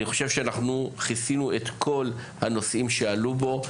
אני חושב שאנחנו כיסינו את כל הנושאים שעלו פה.